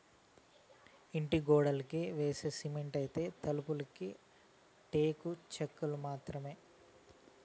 ఇంటి గోడలకి యేసే సిమెంటైతే, తలుపులకి టేకు చెక్క మాత్రమే